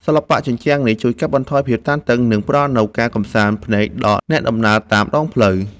សិល្បៈជញ្ជាំងនេះជួយកាត់បន្ថយភាពតានតឹង និងផ្ដល់នូវការកម្សាន្តភ្នែកដល់អ្នកដំណើរតាមដងផ្លូវ។